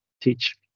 teach